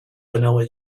vanilla